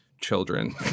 children